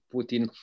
Putin